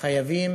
חייבים